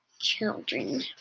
children